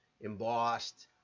embossed